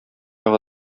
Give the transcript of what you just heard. ягы